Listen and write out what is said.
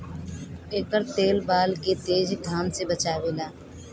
एकर तेल बाल के तेज घाम से बचावेला